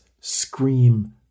scream